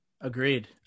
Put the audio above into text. Agreed